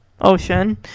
ocean